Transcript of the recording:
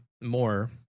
more